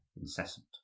incessant